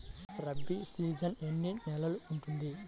Rabi season ఎన్ని నెలలు ఉంటుంది?